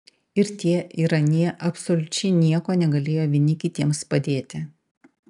ir tie ir anie absoliučiai nieko negalėjo vieni kitiems padėti